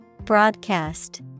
Broadcast